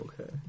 Okay